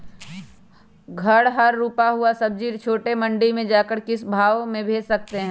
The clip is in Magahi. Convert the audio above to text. घर पर रूपा हुआ सब्जी छोटे मंडी में जाकर हम किस भाव में भेज सकते हैं?